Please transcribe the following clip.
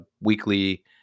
weekly